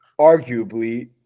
arguably